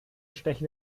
stechen